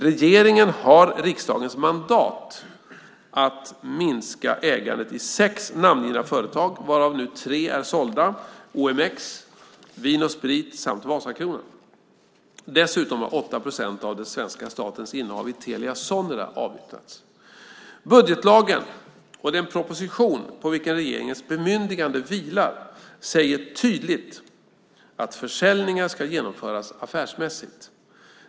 Regeringen har riksdagens mandat att minska ägandet i sex namngivna företag, varav tre nu är sålda - OMX, Vin & Sprit samt Vasakronan. Dessutom har 8 procent av den svenska statens innehav i Telia Sonera avyttrats. Budgetlagen och den proposition på vilken regeringens bemyndigande vilar säger tydligt att försäljningar ska genomföras affärsmässigt.